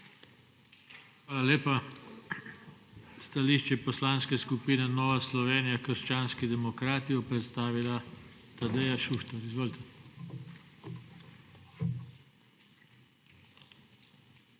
Hvala lepa. Stališče Poslanske skupine Nova Slovenija – krščanski demokrati bo predstavila Tadeja Šuštar. Izvolite. **TADEJA